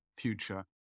future